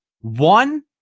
One